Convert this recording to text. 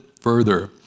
further